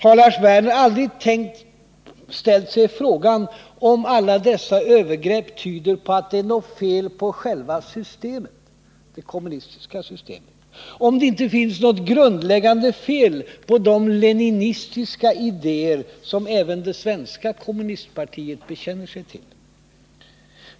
Har Lars Werner aldrig ställt sig frågan om alla dessa övergrepp tyder på att det är något fel på själva det kommunistiska systemet, om det inte finns något grundläggande fel på de leninistiska idéer som även det svenska kommunistpartiet bekänner sig till?